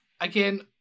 again